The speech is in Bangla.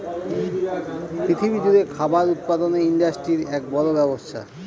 পৃথিবী জুড়ে খাবার উৎপাদনের ইন্ডাস্ট্রির এক বড় ব্যবসা হয়